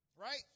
Right